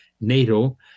NATO